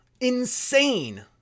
Insane